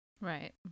right